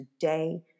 today